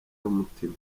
y’umutima